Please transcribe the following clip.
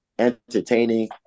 entertaining